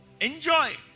Enjoy